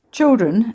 children